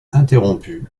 interrompu